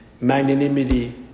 Magnanimity